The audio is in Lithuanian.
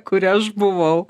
kuria aš buvau